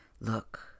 Look